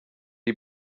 die